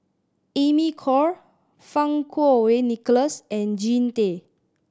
Amy Khor Fang Kuo Wei Nicholas and Jean Tay